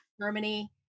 Germany